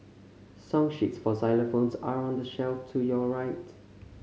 song sheets for xylophones are on the shelf to your right